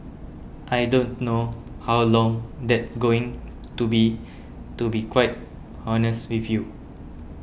I don't know how long that's going to be to be quite honest with you